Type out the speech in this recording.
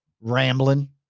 rambling